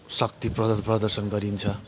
शक्ति प्रदर्शन गरिन्छ